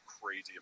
crazy